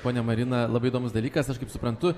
ponia marina labai įdomus dalykas aš kaip suprantu